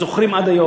זוכרים עד היום.